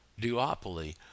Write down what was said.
duopoly